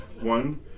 one